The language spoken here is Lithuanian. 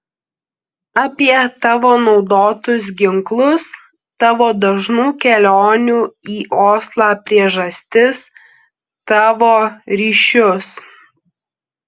apie tavo naudotus ginklus tavo dažnų kelionių į oslą priežastis tavo ryšius